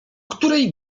której